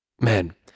man